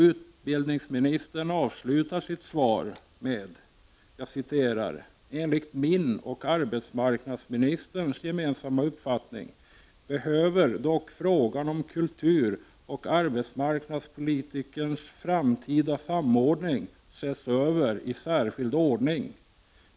Utbildningsministern avslutar sitt svar på följande sätt: ”Enligt min och arbetsmarknadsministerns gemensamma uppfattning behöver dock frågan om kulturoch arbetsmarknadspolitikens framtida samordning ses över i särskild ordning.